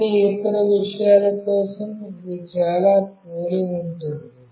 అన్ని ఇతర విషయాల కోసం ఇది చాలా పోలి ఉంటుంది